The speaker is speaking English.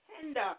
tender